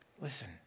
Listen